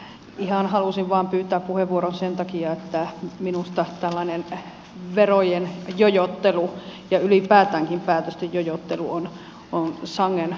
ihan halusin vain pyytää puheenvuoron sen takia että minusta tällainen verojen jojottelu ja ylipäätäänkin päätösten jojottelu on sangen harmillista